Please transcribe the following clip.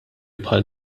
bħal